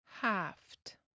haft